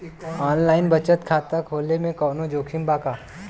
Online बचत खाता खोले में कवनो जोखिम बा का?